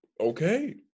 okay